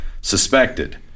suspected